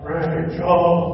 Rachel